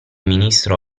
ministro